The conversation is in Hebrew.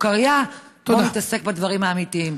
סוכרייה טוב שיתעסק בדברים האמיתיים.